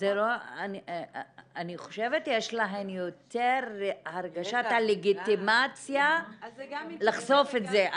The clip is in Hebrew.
-- אני חושבת שיש להן יותר הרגשת לגיטימציה לחשוף את זה.